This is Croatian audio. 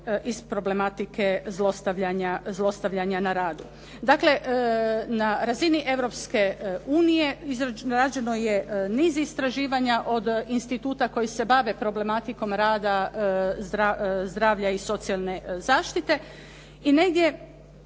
iz problematike zlostavljanja na radu. Dakle, na razini Europske unije rađeno je niz istraživanja od instituta koji se bave problematikom rada zdravlja i socijalne zaštite i negdje